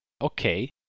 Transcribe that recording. okay